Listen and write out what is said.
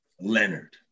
Leonard